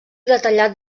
detallat